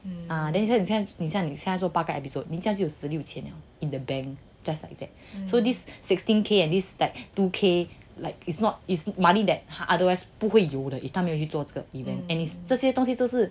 ah then 很像很想你现在做八个 episode 你现在就有十六千 liao in the bank just like that so this sixteen K at least like two K like it's not his money that otherwise 不会有 if 他没有去做这个 and its 这些东西都是